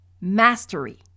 Mastery